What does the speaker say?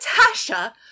natasha